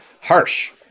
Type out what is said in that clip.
harsh